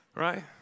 right